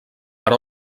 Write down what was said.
per